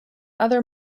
other